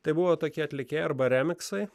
tai buvo tokie atlikėjai arba remiksai